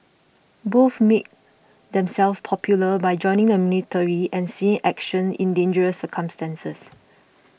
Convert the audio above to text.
both made themselves popular by joining the military and seeing action in dangerous circumstances